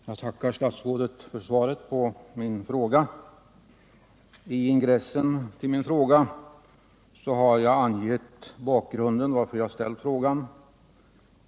Herr talman! Jag tackar statsrådet för svaret på min fråga. I ingressen till denna har jag angivit bakgrunden till att jag ställde frågan.